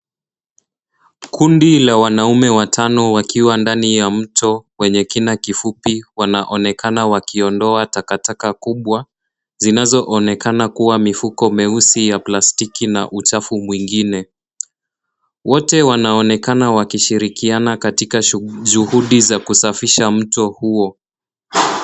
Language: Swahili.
Kundi la wanaume watano wakiwa ndani ya mto wenye kina kifupi wanaonekana wakiondoa takataka kubwa zinazoonekana kuwa mifuko meusi ya plastiki na uchafu mwingine. Wote wanaonekana wakishirikiana katika juhudi za kusafisha mto huo.